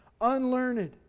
unlearned